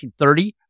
1930